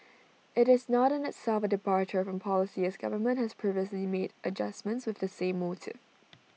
IT is not in itself A departure from policy as government has previously made adjustments of the same motive